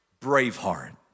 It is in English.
Braveheart